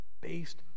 based